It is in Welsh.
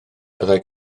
byddai